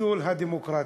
חיסול הדמוקרטיה.